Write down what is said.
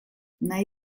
nahi